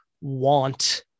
want